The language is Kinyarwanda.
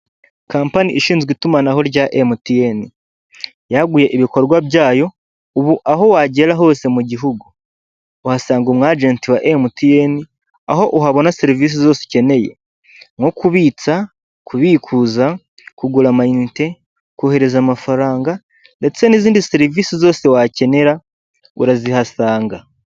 Kampani ishinzwe itumanaho rya emutiyene, yaguye ibikorwa byayo ubu aho wagera hose mu gihugu wasanga umwajeti wa emutiyene, aho uhabona serivisi zose ukeneye; nko kubitsa, kubikuza, kugura amayinite, kohereza amafaranga, ndetse n'izindi serivisi zose wakenera urazihasanga.